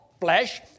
flesh